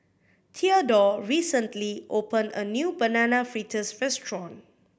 Theadore recently opened a new Banana Fritters restaurant